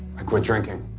i quit drinking.